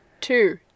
Two